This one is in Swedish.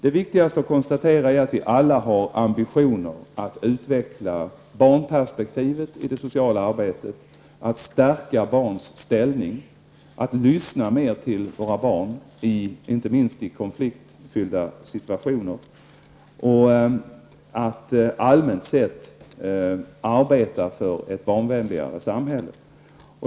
Det viktigaste att konstatera är att vi alla har ambitionen att utveckla barnperspektivet i det sociala arbetet, att stärka barns ställning, att lyssna mer på våra barn, inte minst i konfliktfyllda situationer, och att allmänt sett arbeta för ett barnvänligare samhälle.